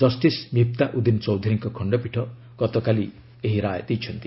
justice Mifta Uddin ଚୌଧୁରୀଙ୍କ ଖଣ୍ଡପୀଠ ଗତକାଲି ଏହି ରାୟ ଦେଇଛନ୍ତି